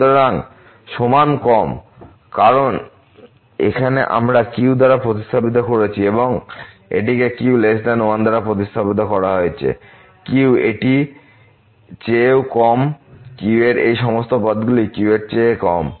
সুতরাং সমান কম কারণ এখানে আমরা q দ্বারা প্রতিস্থাপিত করেছি এবং এটিকে q 1দ্বারা প্রতিস্থাপিত করা হয়েছে q এটি চেয়েও কম q এর এই সমস্ত পদগুলি q এর চেয়ে কম